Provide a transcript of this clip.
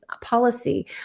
policy